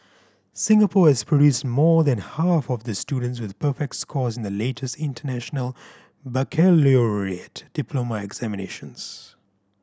Singapore has produced more than half of the students with perfect scores in the latest International Baccalaureate diploma examinations